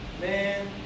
man